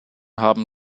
haben